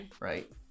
right